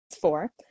four